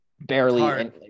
barely